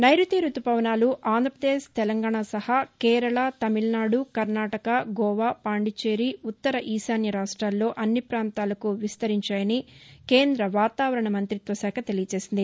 నైరుతీఋతుపవనాలు ఆంధ్రపదేశ్ తెలంగాణా సహా కేరళ తమిళనాడు కర్నాటక గోవా పాండిచ్చేరి ఉత్తర ఈశాన్య రాష్టాల్లో అన్ని ప్రాంతాలకు విస్తరించాయని కేంద్ర వాతావరణ మంత్రిత్వ శాఖ తెలియచేసింది